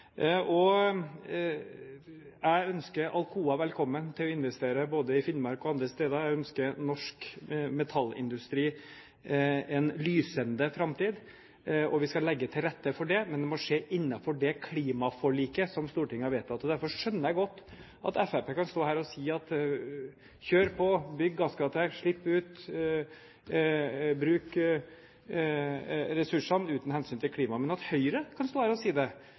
bedriftene. Jeg ønsker Alcoa velkommen til å investere både i Finnmark og andre steder. Jeg ønsker norsk metallindustri en lysende framtid. Og vi skal legge til rette for det, men det må skje innenfor det klimaforliket som Stortinget har vedtatt. Derfor skjønner jeg godt at Fremskrittspartiet kan stå her og si: kjør på, bygg gasskraftverk, slipp ut, bruk ressursene uten hensyn til klimaet. Men at Høyre kan stå her og si det,